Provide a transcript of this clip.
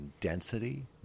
density